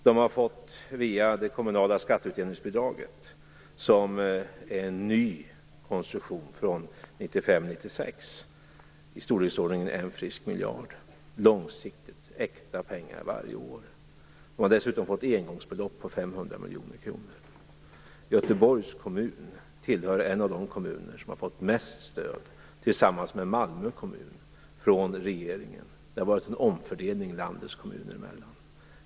Man har via det kommunala skatteutjämningsbidraget, som är en ny konstruktion från 1995/1996, fått i storleksordningen en frisk miljard långsiktigt i äkta pengar varje år. De har dessutom fått engångsbelopp på 500 miljoner kronor. Göteborgs kommun är en av de kommuner som har fått mest stöd, tillsammans med Malmö kommun, från regeringen. Det har varit en omfördelning landets kommuner emellan.